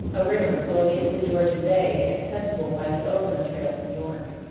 a river flowing into the georgian bay and accessible by the overland trail from york.